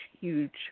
huge